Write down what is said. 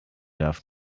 darf